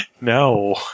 No